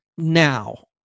Now